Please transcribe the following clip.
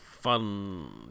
fun